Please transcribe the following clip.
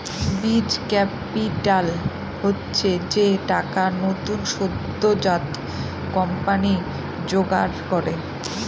বীজ ক্যাপিটাল হচ্ছে যে টাকা নতুন সদ্যোজাত কোম্পানি জোগাড় করে